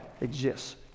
exists